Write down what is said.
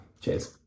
Cheers